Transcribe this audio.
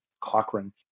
Cochrane